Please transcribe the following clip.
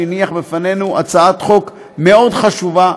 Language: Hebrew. שהניח בפנינו הצעת חוק מאוד חשובה,